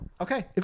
Okay